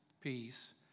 peace